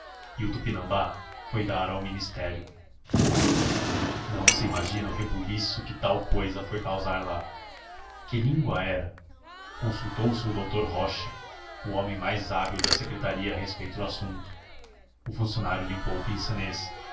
e o tupinambá foi dar ao ministério não se imagina o reboliço que tal cousa foi causar lá que língua era consultou se o doutor rocha o homem mais hábil da secretaria a respeito do assunto o funcionário limpou o